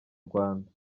rwanda